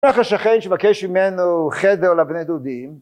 הלך לשכן שמבקש ממנו חדר לבני דודים